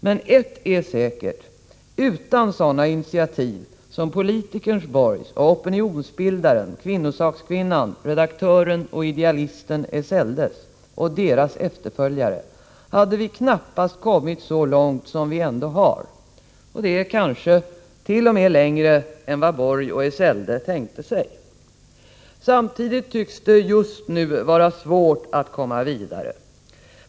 Men ett är säkert: Utan sådana initiativ som politikern Borgs och opinionsbildaren, kvinnosakskvinnan, redaktören och idealisten Esseldes och deras efterföljares hade vi knappast kommit så långt som vi ändå har — och det är kanske t.o.m. längre än vad Borg och Esselde tänkte sig. Samtidigt tycks det just nu vara svårt att komma vidare.